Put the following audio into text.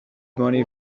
money